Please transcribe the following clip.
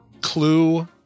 Clue